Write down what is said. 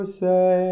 say